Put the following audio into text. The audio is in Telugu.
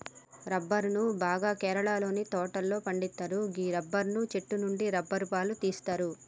రబ్బరును బాగా కేరళలోని తోటలలో పండిత్తరు గీ రబ్బరు చెట్టు నుండి రబ్బరు పాలు తీస్తరు